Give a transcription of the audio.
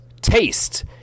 Taste